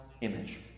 image